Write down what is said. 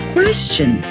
Question